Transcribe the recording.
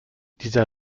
dieser